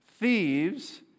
thieves